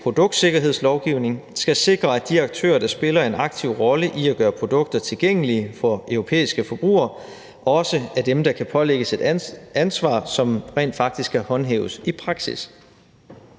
produktsikkerhedslovgivning skal sikre, at de aktører, der spiller en aktiv rolle i at gøre produkter tilgængelige for europæiske forbrugere, også er dem, der kan pålægges et ansvar, som rent faktisk kan håndhæves i praksis.